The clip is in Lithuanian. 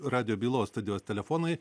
radijo bylos studijos telefonai